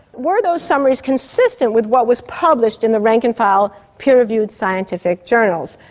were those summaries consistent with what was published in the rank and file, peer reviewed scientific journals?